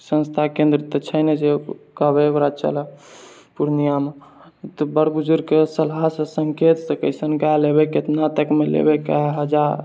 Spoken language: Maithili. संस्था केन्द्र तऽ छै ने जे कहबै ओकरा चलै पूर्णियामे तऽ बड़ बुजुर्गके सलाहसँ सङ्केतसँ कैसन गाय लेबै केतनामे लेबै कए हजार